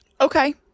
Okay